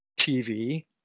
TV